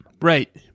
Right